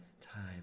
time